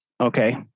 Okay